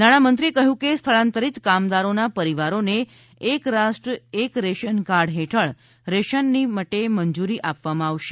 નાણામંત્રીએ કહ્યું કે સ્થળાંતરીત કામદારોના પરિવારોને એક રાષ્ટ્ર એક રેશનકાર્ડ હેઠળ રાશન માટે મંજૂરી આપવામાં આવશે